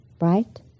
right